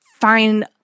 find